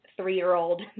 three-year-old